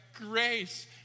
grace